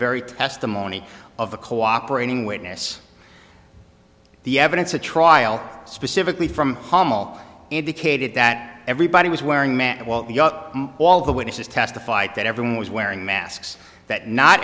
very testimony of a cooperating witness the evidence the trial specifically from hummel indicated that everybody was wearing mat while the up all the witnesses testified that everyone was wearing masks that not